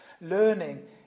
learning